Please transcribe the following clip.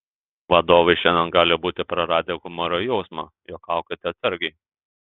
vadovai šiandien gali būti praradę humoro jausmą juokaukite atsargiai